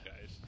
guys